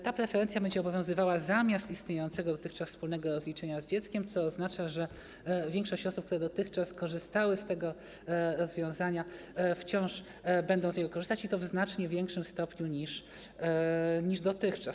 Ta preferencja będzie obowiązywała zamiast istniejącego dotychczas wspólnego rozliczenia z dzieckiem, co oznacza, że większość osób, które dotychczas korzystały z tego rozwiązania, wciąż będzie z niego korzystać, i to w znacznie większym stopniu niż dotychczas.